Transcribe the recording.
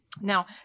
Now